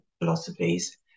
philosophies